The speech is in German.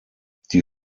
die